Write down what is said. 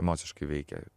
emociškai veikia